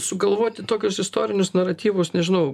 sugalvoti tokius istorinius naratyvus nežinau